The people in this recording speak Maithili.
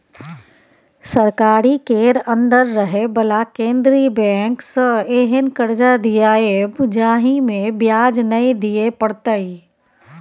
सरकारी केर अंदर रहे बला केंद्रीय बैंक सँ एहेन कर्जा दियाएब जाहिमे ब्याज नै दिए परतै